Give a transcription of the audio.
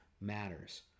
matters